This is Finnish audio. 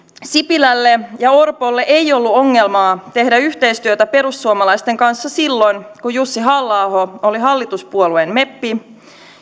sipilälle ja orpolle ei ollut ongelmaa tehdä yhteistyötä perussuomalaisten kanssa silloin kun jussi halla aho oli hallituspuolueen meppi